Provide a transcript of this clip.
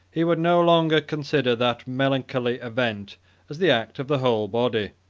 he would no longer consider that melancholy event as the act of the whole body.